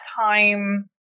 time